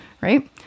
right